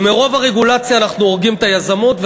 ומרוב הרגולציה אנחנו הורגים את היזמות,